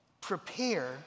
Prepare